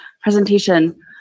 presentation